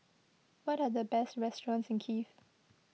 what are the best restaurants in Kiev